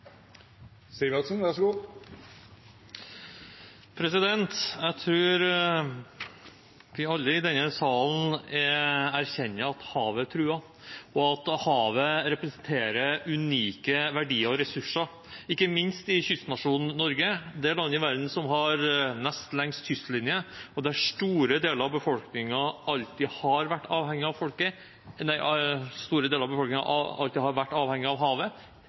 og at havet representerer unike verdier og ressurser, ikke minst i kystnasjonen Norge, det landet i verden som har nest lengst kystlinje, og der store deler av befolkningen alltid har vært avhengig av havet, lever av havet i dag, og hvor nasjonen, både nåværende og tidligere regjeringer, har hatt store ambisjoner for hvordan vi skal videreutvikle de mulighetene for verdiskaping, vekst og velstand som havet